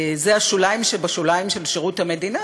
אלה השוליים שבשוליים של שירות המדינה,